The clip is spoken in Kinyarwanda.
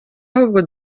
ahubwo